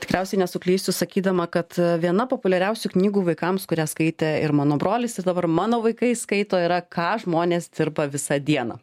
tikriausiai nesuklysiu sakydama kad viena populiariausių knygų vaikams kurią skaitė ir mano brolis ir dabar mano vaikai skaito yra ką žmonės dirba visą dieną